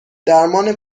درمان